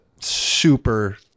super